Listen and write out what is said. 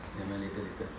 never mind later later